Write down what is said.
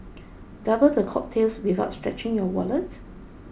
double the cocktails without stretching your wallet